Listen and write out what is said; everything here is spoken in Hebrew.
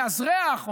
ומאזרח,